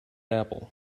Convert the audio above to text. apple